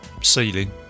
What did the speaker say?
ceiling